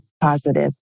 positive